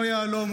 לא יהלום,